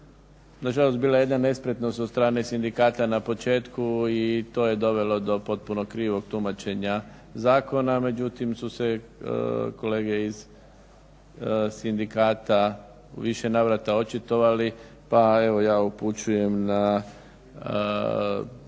nažalost bila je jedna nespretnost od strane sindikata na početku i to je dovelo do potpuno krivog tumačenja zakona, međutim su se kolege iz sindikata u više navrata očitovali pa evo ja upućujem na